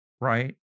right